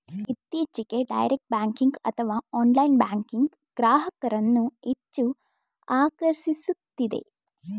ಇತ್ತೀಚೆಗೆ direct banking ಅಥವಾ online banking ಗ್ರಾಹಕರನ್ನು ಹೆಚ್ಚು ಆಕರ್ಷಿಸುತ್ತಿದೆ